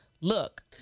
Look